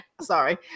Sorry